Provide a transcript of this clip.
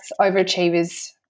overachievers